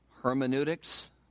hermeneutics